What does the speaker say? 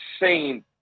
insane